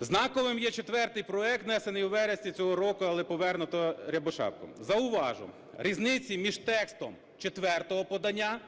Знаковим є четвертий проект, внесений у вересні цього року, але повернуто Рябошапкою. Зауважу, різниці між текстом четвертого подання,